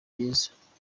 byiza